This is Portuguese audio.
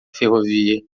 ferrovia